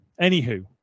Anywho